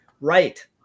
right